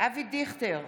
אבי דיכטר,